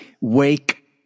wake